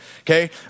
Okay